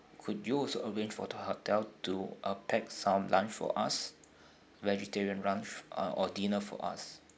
could you also arrange for the hotel to uh pack some lunch for us vegetarian lunch uh or dinner for us